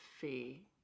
fee